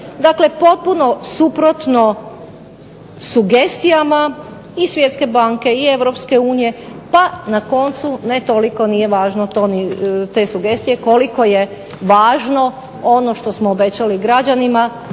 dakle, potpuno suprotno sugestijama i Svjetske banke i Europske unije pa na koncu ne toliko nije važno te sugestije koliko je važno to što smo obećali građanima